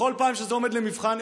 בכל פעם שזה עומד למבחן,